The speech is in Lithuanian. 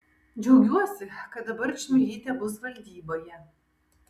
džiaugiuosi kad dabar čmilytė bus valdyboje